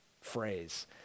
phrase